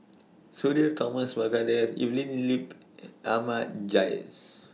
Sudhir Thomas Vadaketh Evelyn Lip and Ahmad Jais